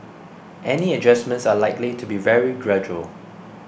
any adjustments are likely to be very gradual